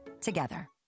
together